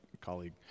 colleague